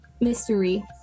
mystery